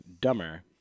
dumber